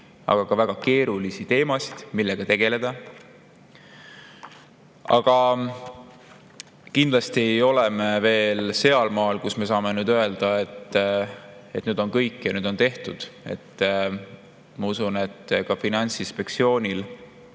aga ka väga keerulisi teemasid, millega tegeleda. Aga kindlasti ei ole me veel sealmaal, kus me saame öelda, et nüüd on kõik ja nüüd on tehtud. Ma usun, et ka Finantsinspektsioonil